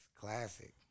Classic